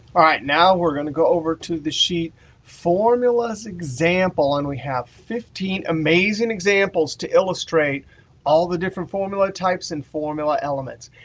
all right, now we're going to go over to the sheet formulas example. and we have fifteen amazing examples to illustrate all the different formula types and formula elements.